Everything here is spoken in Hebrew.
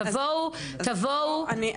תבואו --- אני,